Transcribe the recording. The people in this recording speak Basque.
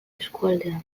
eskualdean